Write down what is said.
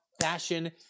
fashion